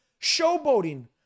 showboating